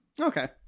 Okay